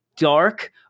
Dark